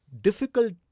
difficult